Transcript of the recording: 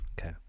Okay